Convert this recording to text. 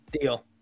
Deal